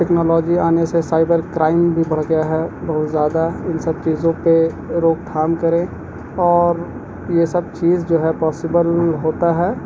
technology آنے سے cyber crime بھی بڑھ گیا ہے بہت زیادہ ان سب چیزوں پہ روک تھام کریں اور یہ سب چیز جو ہے پاسیبل ہوتا ہے